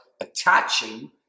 attaching